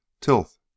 Tilth